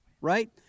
right